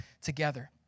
together